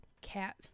cat